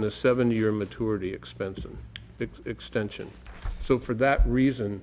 the seven year maturity expense in the extension so for that reason